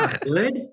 Good